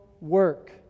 work